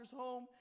home